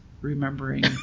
remembering